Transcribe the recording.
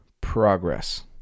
progress